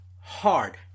hard